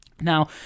now